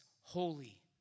holy